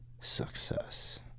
success